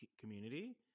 community